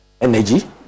Energy